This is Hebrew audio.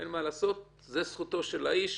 אין מה לעשות, זו זכותו של האיש.